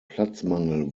platzmangel